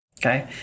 Okay